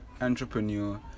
entrepreneur